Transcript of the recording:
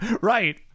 Right